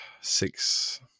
six